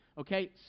Okay